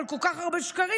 אבל כל כך הרבה שקרים,